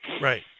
Right